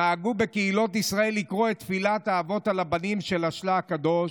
נהגו בקהילות ישראל לקרוא את תפילת האבות על הבנים של השל"ה הקדוש,